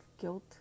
guilt